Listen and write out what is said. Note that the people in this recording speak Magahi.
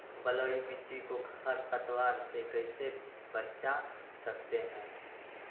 बलुई मिट्टी को खर पतवार से कैसे बच्चा सकते हैँ?